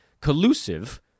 collusive